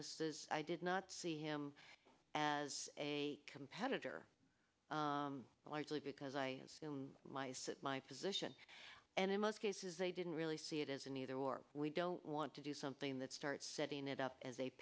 this is i did not see him as a competitor largely because i feel my position and in most cases they didn't really see it as an either or we don't want to do something that starts setting it up as a